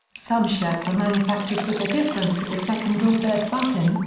some shirts are manufactured with a difference at the second or third button,